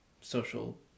social